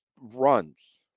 runs